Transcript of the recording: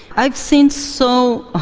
i've seen so